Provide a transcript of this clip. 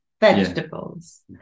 vegetables